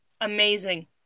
Amazing